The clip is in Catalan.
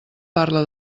parla